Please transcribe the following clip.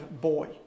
boy